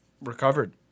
recovered